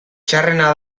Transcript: txarrena